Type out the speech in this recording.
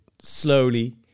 slowly